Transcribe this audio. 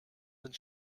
sind